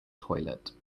toilet